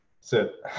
sit